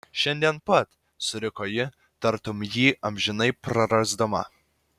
šiandien pat suriko ji tartum jį amžinai prarasdama